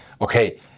okay